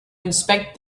inspect